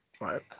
Right